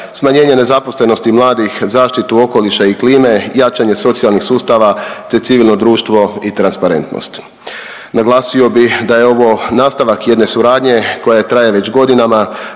smanjenje nezaposlenosti mladih, zaštitu okoliša i klime, jačanje socijalnih sustava te civilno društvo i transparentnost. Naglasio bi da je ovo nastavak jedne suradnje koja traje već godinama.